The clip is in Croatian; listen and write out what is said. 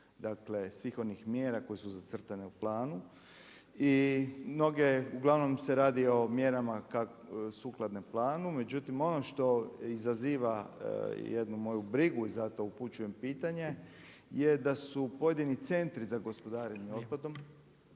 dakle, svih onih mjera koje su zacrtane u planu, i mnoge, uglavnom se radi o mjerama sukladne planu. Međutim ono što izaziva jednu moju brigu i zato upućujem pitanje je da su pojedini centri za gospodarenjem otpadom